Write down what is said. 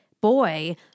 boy